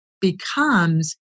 becomes